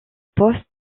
poste